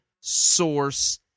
source